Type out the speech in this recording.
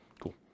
Cool